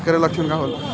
ऐकर लक्षण का होला?